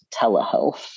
telehealth